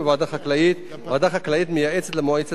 ועדה חקלאית מייעצת למועצת העיר בכל עניין חקלאי,